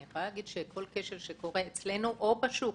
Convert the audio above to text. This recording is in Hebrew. אני יכולה להגיד שבכל כשל שקורה אצלנו או בשוק